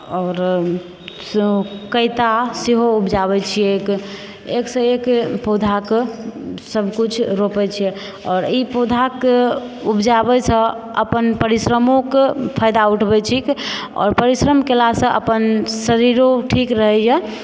आओर कैता सेहो उपजाबै छिऐक एकसँ एक पौधाके सबकिछु रोपै छिऐ आओर ई पौधाके उपजाबैसँ अपन परिश्रमोक फायदा उठबै छिक आओर परिश्रम केलासँ अपन शरीरो ठीक रहैए